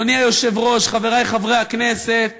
אדוני היושב-ראש, חברי חברי הכנסת,